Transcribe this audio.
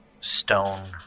Stone